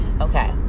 Okay